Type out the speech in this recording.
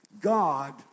God